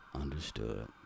Understood